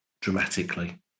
dramatically